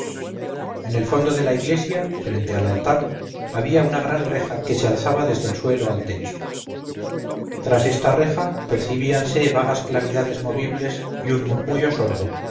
en el fondo de la iglesia frente al altar había una gran reja que se alzaba desde el suelo al techo tras esta reja percibíanse vagas claridades movibles y un murmullo sordo